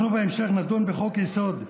אנחנו בהמשך נדון בחוק-היסוד שהגשנו,